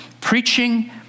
preaching